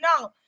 no